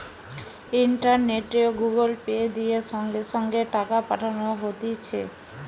ইন্টারনেটে Google Pay, দিয়ে সঙ্গে সঙ্গে টাকা পাঠানো হতিছে